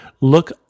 look